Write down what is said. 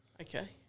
Okay